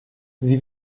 sie